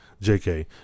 JK